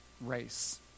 race